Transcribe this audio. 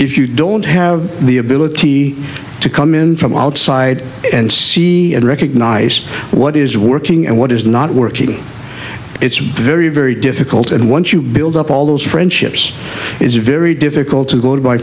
if you don't have the ability to come in from outside and see and recognize what is working and what is not working it's very very difficult and once you build up all those friendships it's very difficult to go to my